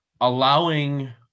allowing